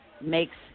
makes